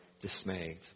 dismayed